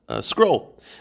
scroll